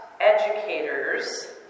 educators